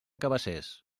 cabacés